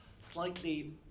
slightly